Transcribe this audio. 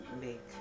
make